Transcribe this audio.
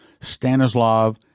Stanislav